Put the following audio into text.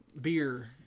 beer